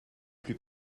plus